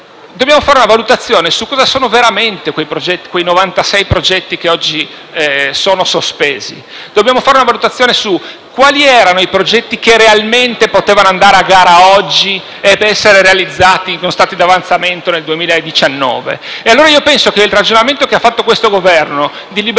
Dobbiamo valutare che cosa sono veramente i 96 progetti che oggi sono sospesi; dobbiamo fare una valutazione su quali erano i progetti che realmente potevano andare a gara oggi ed essere realizzati con stati di avanzamento nel 2019. Penso allora che il ragionamento che ha fatto questo Governo, di liberare